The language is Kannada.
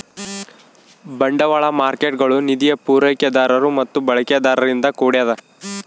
ಬಂಡವಾಳ ಮಾರ್ಕೇಟ್ಗುಳು ನಿಧಿಯ ಪೂರೈಕೆದಾರರು ಮತ್ತು ಬಳಕೆದಾರರಿಂದ ಕೂಡ್ಯದ